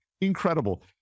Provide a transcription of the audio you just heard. Incredible